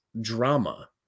drama